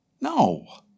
No